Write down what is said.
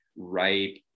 ripe